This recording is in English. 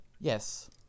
Yes